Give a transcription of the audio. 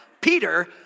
Peter